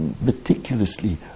meticulously